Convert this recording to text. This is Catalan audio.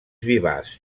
vivaç